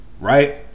right